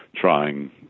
trying